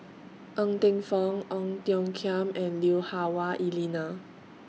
Ng Teng Fong Ong Tiong Khiam and Lui Hah Wah Elena